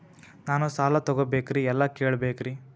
ನಾನು ಸಾಲ ತೊಗೋಬೇಕ್ರಿ ಎಲ್ಲ ಕೇಳಬೇಕ್ರಿ?